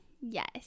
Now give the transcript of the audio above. yes